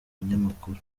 binyamakuru